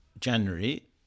January